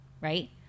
right